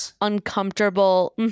uncomfortable